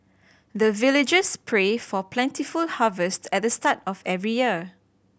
the villagers pray for plentiful harvest at the start of every year